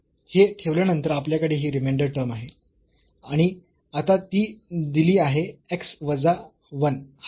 तर हे ठेवल्यानंतर आपल्याकडे ही रिमेंडर टर्म आहे आणि आता ती दिली आहे x वजा 1 हा 0